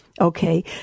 Okay